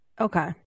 Okay